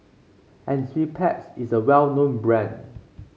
Enzyplex is a well known brand